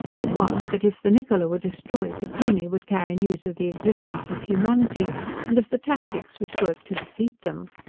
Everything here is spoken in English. it was that if the niccola were destroyed the plumie would carry news of the existence of humanity and of the tactics which worked to defeat them.